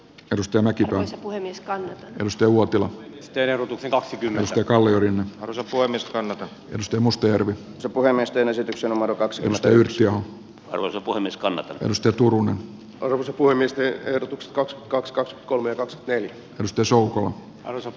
jos tämäkin ero heiskanen edusti uotila sterutukselta pimeys ja kalliorinne sopua myös kanada nosti mustajärvi puhemiesten esityksen omar kaksikymmentäyksi osapuolen niskanen risto turunen arvostetuimmista ja ykskaks kakskaks kolme vasperi riso o orzo